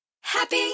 Happy